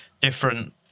different